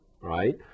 right